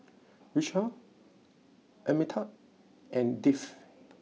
Vishal Amitabh and Dev